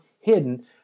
hidden